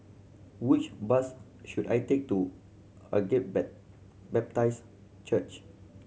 which bus should I take to Agape Bap Baptist Church